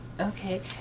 Okay